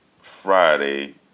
Friday